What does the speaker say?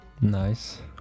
Nice